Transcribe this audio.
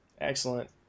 excellent